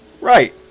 Right